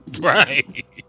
Right